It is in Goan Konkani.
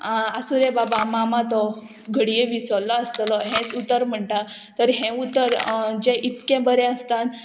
आसूं रे बाबा मामा तो घडये विसरलो आसतलो हेंच उतर म्हणटा तर हें उतर जें इतकें बरें आसता